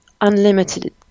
Unlimited